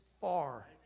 far